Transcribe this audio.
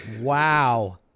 Wow